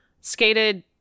skated